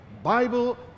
Bible